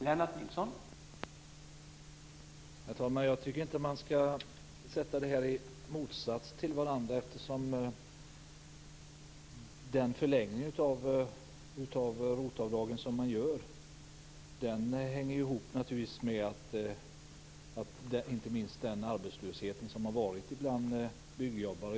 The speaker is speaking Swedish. Herr talman! Jag tycker inte att man skall ställa de här satsningarna i kontrast mot varandra. Den förlängning av ROT-avdragen som man gör hänger inte minst ihop med den arbetslöshet som har förekommit bland byggjobbare.